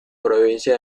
provincia